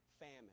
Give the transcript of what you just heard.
Famine